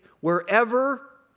wherever